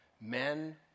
men